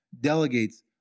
delegates